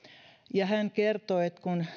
ja hän kertoi että kun